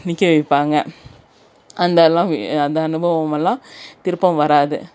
நிற்க வைப்பாங்க அதலாம் அந்த அனுபவமெல்லாம் திரும்பவும் வராது